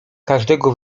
każdego